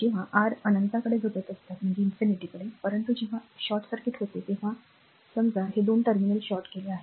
जेव्हा आर अनंताकडे झुकत असतात परंतु जेव्हा शॉर्ट सर्किट होते तेव्हा जेव्हा समजा हे 2 टर्मिनल्स शॉर्ट केले आहेत